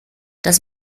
das